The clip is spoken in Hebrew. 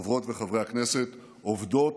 חברות וחברי הכנסת, עובדות